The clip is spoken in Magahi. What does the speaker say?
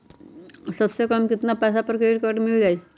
सबसे कम कतना पैसा पर क्रेडिट काड मिल जाई?